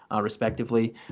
respectively